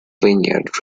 vineyard